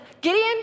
Gideon